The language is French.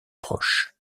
proches